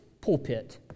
pulpit